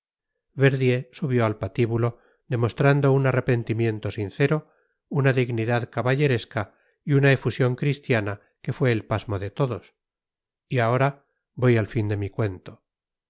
verdier subió al patíbulo demostrando un arrepentimiento sincero una dignidad caballeresca y una efusión cristiana que fue el pasmo de todos y ahora voy al fin de mi cuento